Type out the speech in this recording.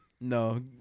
No